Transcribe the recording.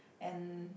and